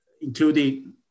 including